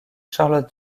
charlotte